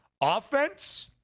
offense